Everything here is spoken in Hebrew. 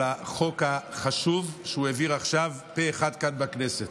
על החוק החשוב שהוא העביר עכשיו פה אחד כאן בכנסת.